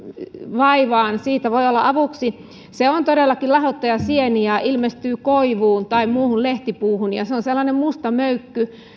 vaivaan siitä voi olla avuksi se on todellakin lahottajasieni ja ilmestyy koivuun tai muuhun lehtipuuhun ja se on sellainen musta möykky